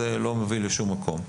זה לא מביא לשום מקום.